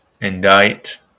indict